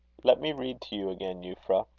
let me read to you again, eupra.